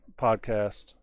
podcast